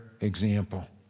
example